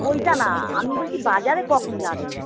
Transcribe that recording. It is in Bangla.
ওইটা না আমি বলছি বাজারে কখন যাবেন